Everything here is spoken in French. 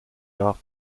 laure